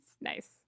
Nice